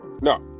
No